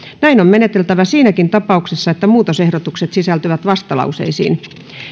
näin on meneteltävä siinäkin tapauksessa että muutosehdotukset sisältyvät vastalauseisiin